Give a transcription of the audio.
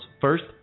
first